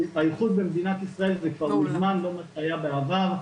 האיכות במדינת ישראל זה כבר מזמן לא מה שהיה בעבר.